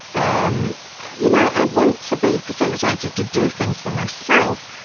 um you know i want to be facilitated to do things for myself,